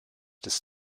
des